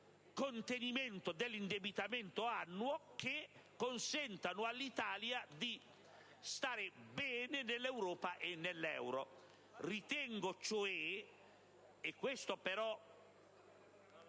contenimento dell'indebitamento annuo che consentano all'Italia di stare bene nell'Europa e nell'euro. Ritengo - e questo non